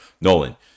Nolan